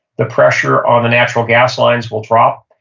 the pressure on the natural gas lines will drop,